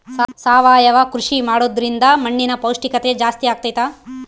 ಸಾವಯವ ಕೃಷಿ ಮಾಡೋದ್ರಿಂದ ಮಣ್ಣಿನ ಪೌಷ್ಠಿಕತೆ ಜಾಸ್ತಿ ಆಗ್ತೈತಾ?